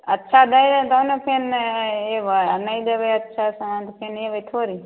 अच्छा दै हइ तहन ने फेर अएबै आओर नहि देबै अच्छा तहन फेर अएबै थोड़ी